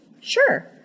Sure